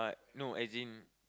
no as in